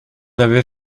avait